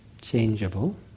Changeable